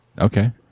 Okay